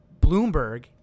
Bloomberg